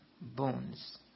bones